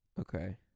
Okay